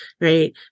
right